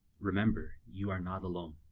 remember, you are not alone.